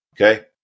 Okay